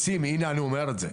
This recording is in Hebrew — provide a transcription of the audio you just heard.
הנה אני אומר את זה,